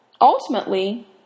ultimately